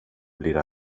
blir